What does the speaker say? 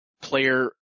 player